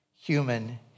human